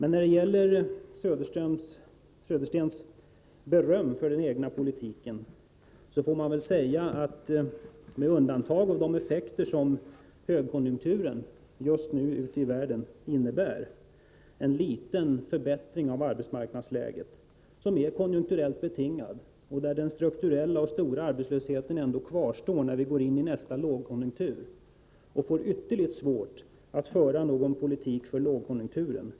När det gäller Bo Söderstens beröm för den egna socialdemokratiska politiken får man väl säga att med undantag av de effekter som högkonjunkturen ute i världen just nu för med sig, dvs. en liten förbättring av arbetsmarknadsläget, som ju är konjunkturellt betingad och där den stora och strukturella arbetslösheten ändå kvarstår när vi går in i nästa lågkonjunktur, så har inte mycket vunnits. Vi kommer att få ytterligt svårt att föra någon effektiv politik för att möta lågkonjunkturen.